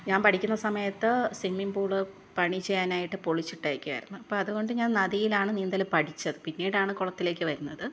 ഞാന് പഠിക്കുന്ന സമയത്ത് സ്വിമ്മിംഗ് പൂള് പണി ചെയ്യനായിട്ട് പൊളിച്ചിട്ടേക്കെയായിരുന്നു അപ്പം അതുകൊണ്ട് ഞാന് നദിയിലാണ് നീന്തൽ പഠിച്ചത് പിന്നീടാണ് കുളത്തിലേക്ക് വരുന്നത്